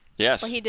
Yes